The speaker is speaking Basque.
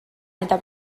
eta